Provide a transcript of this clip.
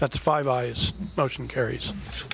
that's five eyes motion carries